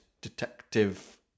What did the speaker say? detective